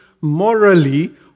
morally